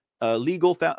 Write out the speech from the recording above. Legal